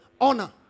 honor